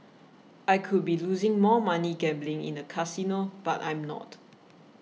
I could be losing more money gambling in a casino but I'm not